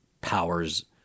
powers